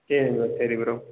சரி ப்ரோ சரி ப்ரோ